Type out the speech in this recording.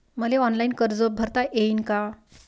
मले ऑनलाईन कर्ज भरता येईन का?